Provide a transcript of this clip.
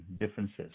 differences